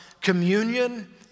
communion